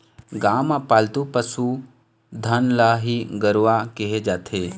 गाँव म पालतू पसु धन ल ही गरूवा केहे जाथे